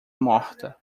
morta